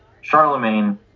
Charlemagne